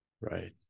right